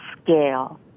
scale